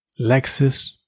Lexus